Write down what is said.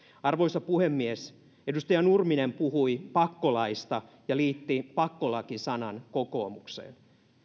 arvoisa puhemies edustaja nurminen puhui pakkolaista ja liitti pakkolaki sanan kokoomukseen